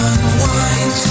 Unwind